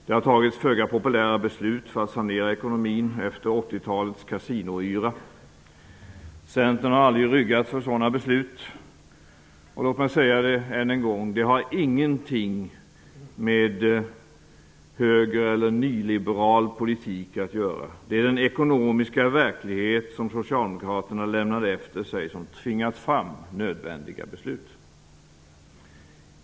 Det har fattats föga populära beslut för att sanera ekonomin efter 80-talets kasinoyra. Centern har aldrig ryggat för sådana beslut. Låt mig säga det än en gång: Det har ingenting med högerpolitik eller nyliberal politik att göra. Det är den ekonomiska verklighet som socialdemokraterna lämnade efter sig som tvingat fram nödvändiga beslut.